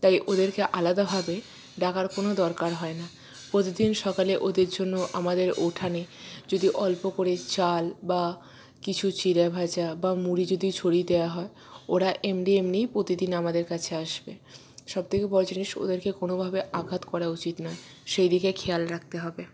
তাই ওদেরকে আলাদাভাবে ডাকার কোনো দরকার হয় না প্রতিদিন সকালে ওদের জন্য আমাদের উঠানে যদি অল্প করে চাল বা কিছু চিড়া ভাজা বা মুড়ি যদি ছড়িয়ে দেওয়া হয় ওরা এমনি এমনিই প্রতিদিন আমাদের কাছে আসবে সব থেকে বড়ো জিনিস ওদেরকে কোনোভাবে আঘাত করা উচিত নয় সেইদিকে খেয়াল রাখতে হবে